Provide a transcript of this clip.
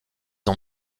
ont